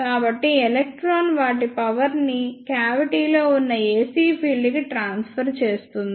కాబట్టి ఎలక్ట్రాన్ వాటి పవర్ ని క్యావిటీ లో ఉన్న AC ఫీల్డ్ కి ట్రాన్స్ఫర్ చేస్తుంది